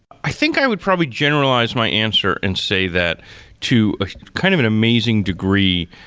i think i would probably generalize my answer and say that to ah kind of an amazing degree,